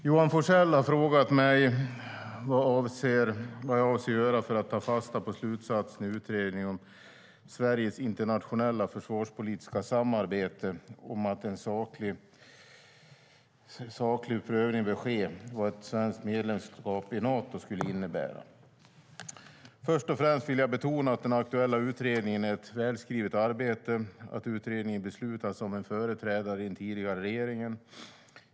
Johan Forssell har frågat mig vad jag avser att göra för att ta fasta på slutsatsen i Utredningen om Sveriges internationella försvarspolitiska samarbetes rapport , nämligen att en saklig prövning bör ske av vad ett svenskt medlemskap i Nato skulle innebära. Först och främst vill jag betona att den aktuella utredningen är ett välskrivet arbete samt att utredningen beslutades av min företrädare i den tidigare regeringen.